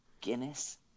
Guinness